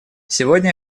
сегодня